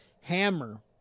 Hammer